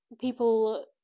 people